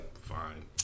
Fine